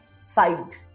side